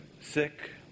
sick